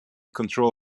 control